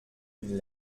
une